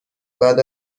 بعد